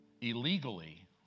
illegally